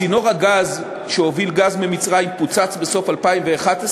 צינור הגז, שהוביל גז ממצרים, פוצץ בסוף 2011,